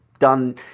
done